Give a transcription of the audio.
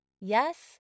Yes